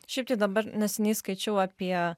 šiaip tai dabar neseniai skaičiau apie